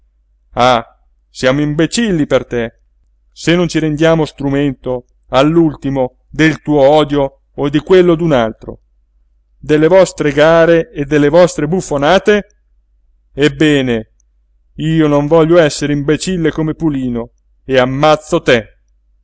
ah siamo imbecilli per te se non ci rendiamo strumento all'ultimo del tuo odio o di quello d'un altro delle vostre gare e delle vostre buffonate ebbene io non voglio essere imbecille come pulino e ammazzo te